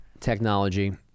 technology